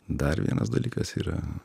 dar vienas dalykas yra